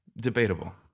debatable